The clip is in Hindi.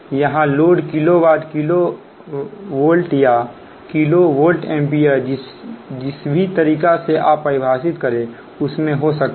यहां load kilo watt kilo volt या किलो वोल्ट एम्पीयर जिस भी तरीका से आप परिभाषित करें उसमें हो सकता है